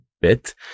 bit